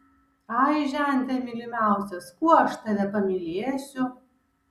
ai žente mylimiausias kuo aš tave pamylėsiu